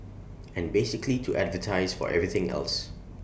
and basically to advertise for everything else